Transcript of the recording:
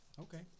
Okay